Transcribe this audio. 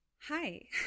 hi